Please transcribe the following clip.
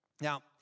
Now